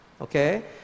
Okay